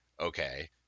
okay